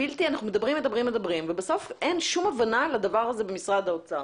מדברים ובסוף אין שום הבנה לדבר הזה במשרד האוצר.